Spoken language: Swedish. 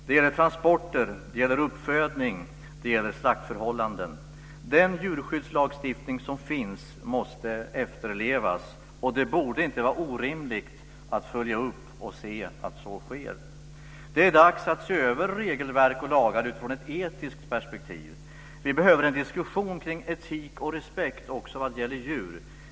Det gäller transporter, det gäller uppfödning och det gäller slaktförhållanden. Den djurskyddslagstiftning som finns måste efterlevas. Det borde inte vara orimligt att följa upp det hela och se att så sker. Det är dags att se över regelverk och lagar i ett etiskt perspektiv. Vi behöver en diskussion kring etik och respekt också vad gäller djur.